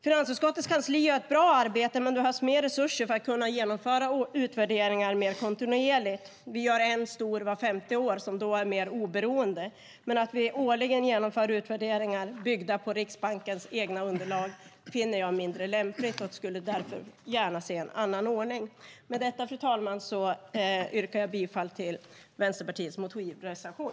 Finansutskottets kansli gör ett bra arbete, men det behövs mer resurser för att kunna genomföra utvärderingar mer kontinuerligt. Vi gör en stor vart femte år, som då är mer oberoende. Men att vi årligen genomför utvärderingar byggda på Riksbankens egna underlag finner jag mindre lämpligt. Jag skulle därför gärna se en annan ordning. Med detta, fru talman, yrkar jag bifall till Vänsterpartiets motivreservation.